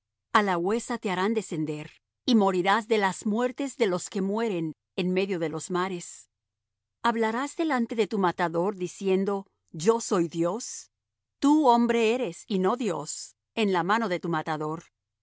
a la huesa te harán descender y morirás de las muertes de los que mueren en medio de los mares hablarás delante de tu matador diciendo yo soy dios tú hombre eres y no dios en la mano de tu matador